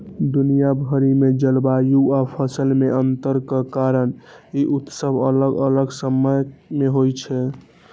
दुनिया भरि मे जलवायु आ फसल मे अंतर के कारण ई उत्सव अलग अलग समय मे होइ छै